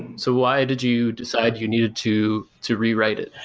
so why did you decide you needed to to rewrite it?